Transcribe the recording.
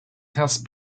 test